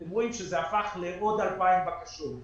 אתם רואים שזה הפך לעוד 2,000 בקשות.